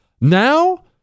now